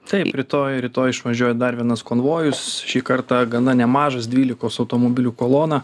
taip rytoj rytoj išvažiuoja dar vienas konvojus šį kartą gana nemažas dvylikos automobilių kolona